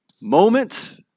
Moment